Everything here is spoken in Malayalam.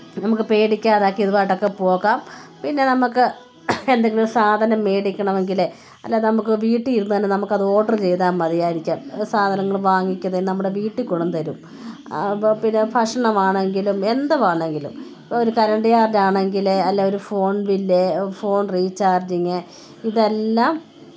നമുക്ക് പേടിക്കാതെയൊക്കെ ഇതുവായിട്ടൊക്കെ പോകാം പിന്നെ നമുക്ക് എന്തെങ്കിലും സാധനം മേടിക്കണമെങ്കിൽ അല്ല നമുക്ക് വീട്ടിലിരുന്ന് തന്നെ നമുക്കത് ഓഡറ് ചെയ്താൽ മതിയായിരിക്കാം സാധനങ്ങൾ വാങ്ങിക്കുത് നമ്മുടെ വീട്ടിൽ കൊണ്ട് വന്ന് തരും അപ്പോൾ പിന്നെ ഭക്ഷണമാണെങ്കിലും എന്തുവാണെങ്കിലും ഒരു കരണ്ട് ചാർജാണെങ്കിൽ അല്ലേൽ ഒരു ഫോൺ ബില്ല് ഫോൺ റീചാർജിങ് ഇതെല്ലാം